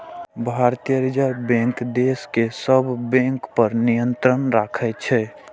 भारतीय reserve bank देश के सब बैंक पर नियंत्रण राखै छै